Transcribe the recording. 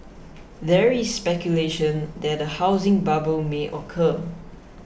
there is speculation that a housing bubble may occur